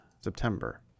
September